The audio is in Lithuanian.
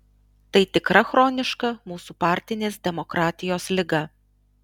tai tikrai chroniška mūsų partinės demokratijos liga